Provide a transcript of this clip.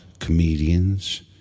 comedians